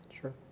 sure